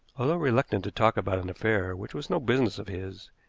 although reluctant to talk about an affair which was no business of his,